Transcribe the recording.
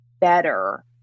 better